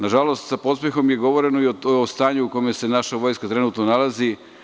Nažalost, sa podsmehom je govoreno i o stanju u kojem se naša vojska trenutno nalazi.